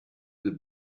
would